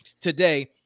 today